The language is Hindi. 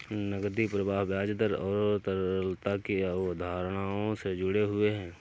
नकदी प्रवाह ब्याज दर और तरलता की अवधारणाओं से जुड़े हुए हैं